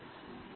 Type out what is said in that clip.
நன்றி